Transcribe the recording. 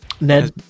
Ned